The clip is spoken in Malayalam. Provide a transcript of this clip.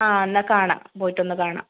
ആ എന്നാൽ കാണാം പോയിട്ടൊന്ന് കാണാം